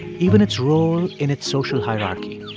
even its role in its social hierarchy